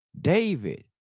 David